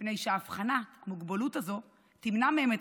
מפני שאבחנת המוגבלות הזאת תמנע מהם את